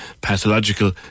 pathological